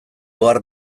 ohar